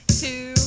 two